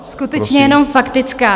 Skutečně jenom faktická.